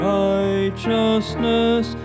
righteousness